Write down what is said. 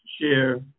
share